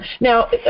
Now